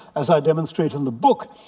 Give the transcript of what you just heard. as i demonstrate in the book,